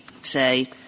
say